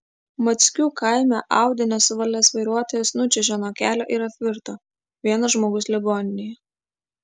mackių kaime audi nesuvaldęs vairuotojas nučiuožė nuo kelio ir apvirto vienas žmogus ligoninėje